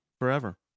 Forever